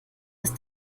ist